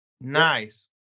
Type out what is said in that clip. Nice